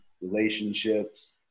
relationships